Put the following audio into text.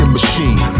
machine